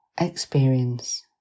experience